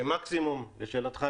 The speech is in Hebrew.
מקסימום לשאלתך,